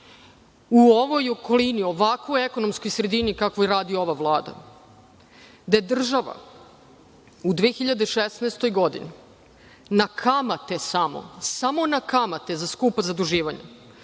u ovoj okolini u ovakvoj ekonomskoj srediti kakvoj radi ova Vlada gde država u 2016. godini na kamate samo, samo na kamate za skupa zaduživanja